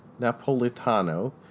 Napolitano